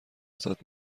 ازت